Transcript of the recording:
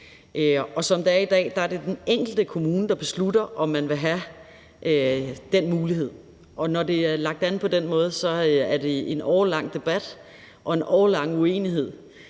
Som det er i dag, er det den enkelte kommune, der beslutter, om man vil have den mulighed. Når det er lagt an på den måde, er det efter en årelang debat og en årelang uenighed